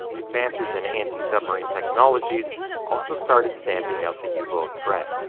advances in anti-submarine technologies also started stamping out the yeah u-boat threat.